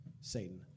Satan